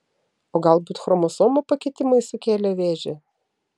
o galbūt chromosomų pakitimai sukėlė vėžį